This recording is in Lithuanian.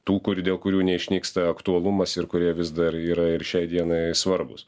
tų kurių dėl kurių neišnyksta aktualumas ir kurie vis dar yra ir šiai dienai svarbūs